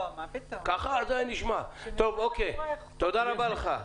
תודה רבה לך.